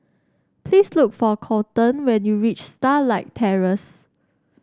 please look for Kolton when you reach Starlight Terrace